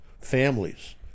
families